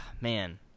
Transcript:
man